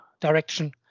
direction